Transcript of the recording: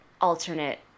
alternate